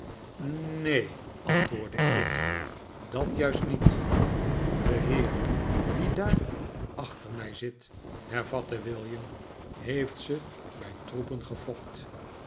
ne en antwoordde ik dat juist niet de heer die daar achter mij zit hervatte william heeft ze bij troepen gefokt